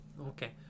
Okay